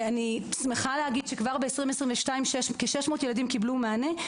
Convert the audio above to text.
אני שמחה להגיד שכבר ב-2022 כ-600 ילדים קיבלו מענה,